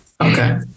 Okay